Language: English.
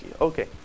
Okay